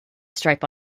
stripe